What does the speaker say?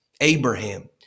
Abraham